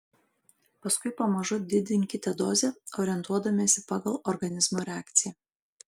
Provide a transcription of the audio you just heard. paskui pamažu didinkite dozę orientuodamiesi pagal organizmo reakciją